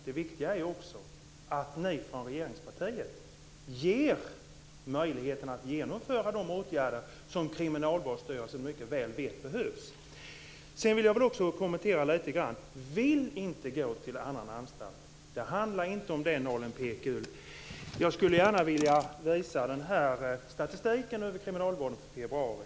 Det viktiga är också att ni från regeringspartiet ger möjlighet att genomföra de åtgärder som Kriminalvårdsstyrelsen mycket väl vet behövs. Sedan vill jag också lite grann kommentera detta med att man inte vill gå till annan anstalt. Det handlar inte om det, Nalin Pekgul. Jag skulle gärna vilja visa statistik över kriminalvården för februari.